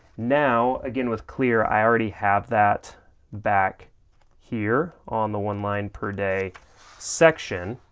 now, again with clear i already have that back here on the one line per day section,